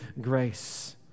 grace